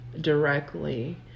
directly